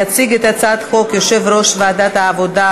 יציג את הצעת החוק יושב-ראש ועדת העבודה,